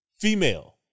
female